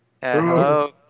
Hello